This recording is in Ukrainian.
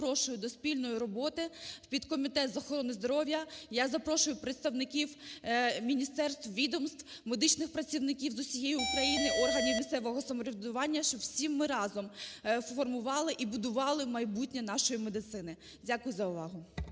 я запрошую до спільної роботи у підкомітет з охорони здоров'я, я запрошую представників міністерств, відомств, медичних працівників з усієї України, органів місцевого самоврядування, щоб всі ми разом формували і будували майбутнє нашої медицини. Дякую за увагу.